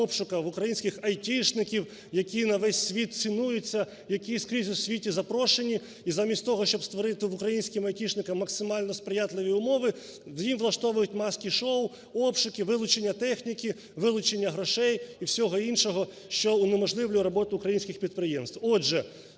їм влаштовують маски-шоу, обшуки, вилучення техніки, вилучення грошей і всього іншого, що унеможливлює роботу українських підприємств.